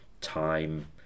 time